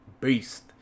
beast